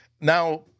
now –